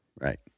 right